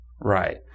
Right